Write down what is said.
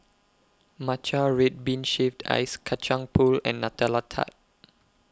Matcha Red Bean Shaved Ice Kacang Pool and Nutella Tart